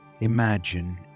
imagine